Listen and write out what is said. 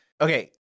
Okay